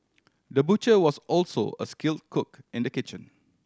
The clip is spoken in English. the butcher was also a skill cook in the kitchen